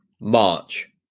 March